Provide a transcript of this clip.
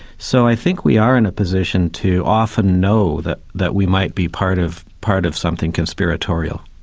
so i think we are in a position to often know that that we might be part of part of something conspiratorial.